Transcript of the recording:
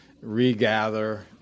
regather